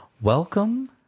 welcome